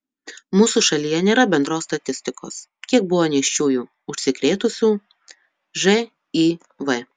mūsų šalyje nėra bendros statistikos kiek buvo nėščiųjų užsikrėtusių živ